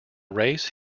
race